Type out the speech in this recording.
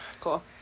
cool